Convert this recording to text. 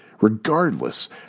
regardless